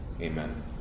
Amen